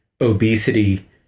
obesity